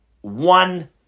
one